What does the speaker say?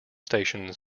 station